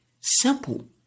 simple